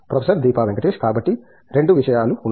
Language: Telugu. ప్రొఫెసర్ దీపా వెంకటేష్ కాబట్టి 2 విషయాలు ఉన్నాయి